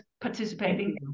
participating